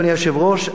אדוני היושב-ראש,